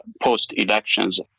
post-elections